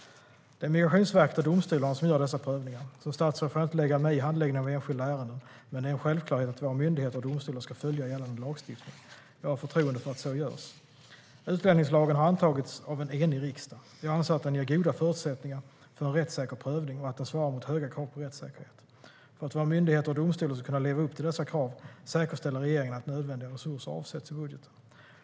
Det är Migrationsverket och domstolarna som gör dessa prövningar. Som statsråd får jag inte lägga mig i handläggningen av enskilda ärenden, men det är en självklarhet att våra myndigheter och domstolar ska följa gällande lagstiftning. Jag har förtroende för att så görs. Utlänningslagen har antagits av en enig riksdag. Jag anser att den ger goda förutsättningar för en rättssäker prövning och att den svarar mot höga krav på rättssäkerhet. För att våra myndigheter och domstolar ska kunna leva upp till dessa krav säkerställer regeringen att nödvändiga resurser avsätts i budgeten.